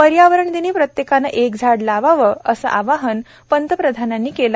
पर्यावरण दिनी प्रत्येकाने एक झाड लावावं असं आवाहन पंतप्रधानानी केलं